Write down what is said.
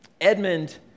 Edmund